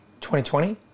2020